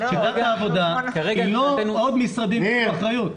שיטת העבודה היא לא עוד משרדים עם אחריות.